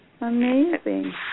Amazing